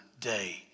day